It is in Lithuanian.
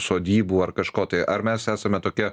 sodybų ar kažko tai ar mes esame tokia